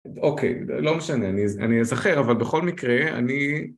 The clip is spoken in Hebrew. אוקיי, לא משנה, אני אזכר, אבל בכל מקרה, אני...